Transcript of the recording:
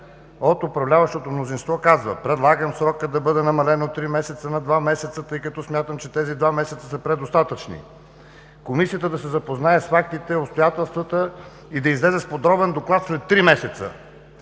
от управляващото мнозинство казва: „Предлагам срокът да бъде намален от три месеца на два месеца, тъй като смятам, че тези два месеца са предостатъчни. Комисията да се запознае с фактите и обстоятелствата и да излезе с подробен доклад след три месеца.